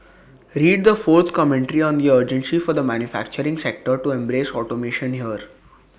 read the fourth commentary on the urgency for the manufacturing sector to embrace automation here